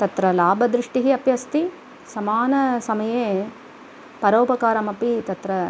तत्र लाभदृष्टिः अपि अस्ति समानसमये परोपकारः अपि तत्र